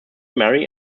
marry